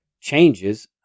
changes